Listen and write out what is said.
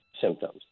symptoms